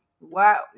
Wow